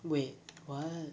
wait what